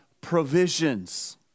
provisions